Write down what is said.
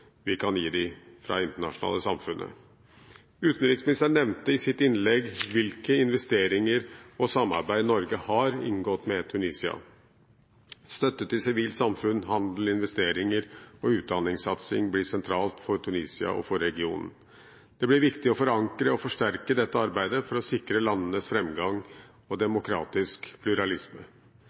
vi kan gi det fra det internasjonale samfunnet. Utenriksministeren nevnte i sitt innlegg hvilke investeringer og samarbeid Norge har inngått med Tunisia. Støtte til sivilt samfunn, handel, investeringer og utdanningssatsing blir sentralt for Tunisia og for regionen. Det blir viktig å forankre og forsterke dette arbeidet for å sikre landenes framgang og demokratisk pluralisme.